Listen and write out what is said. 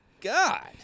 God